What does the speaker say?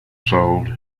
solved